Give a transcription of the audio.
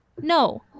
No